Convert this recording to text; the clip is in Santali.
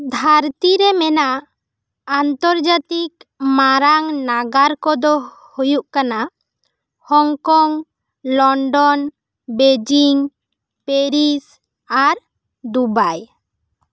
ᱫᱷᱟ ᱨᱛᱤ ᱨᱮ ᱢᱮᱱᱟᱜ ᱟᱱᱛᱚᱨᱡᱟᱹᱛᱤᱠ ᱢᱟᱨᱟᱝ ᱱᱟᱜᱟᱨ ᱠᱚᱫᱚ ᱦᱩᱭᱩᱜ ᱠᱟᱱᱟ ᱦᱚᱝᱠᱚᱝ ᱞᱚᱱᱰᱚᱱ ᱵᱮᱡᱤᱝ ᱯᱮᱨᱤᱥ ᱟᱨ ᱫᱩᱵᱟᱭ